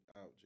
out